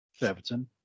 Everton